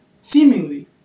seemingly